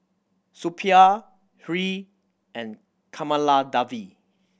Suppiah Hri and Kamaladevi